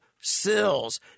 sills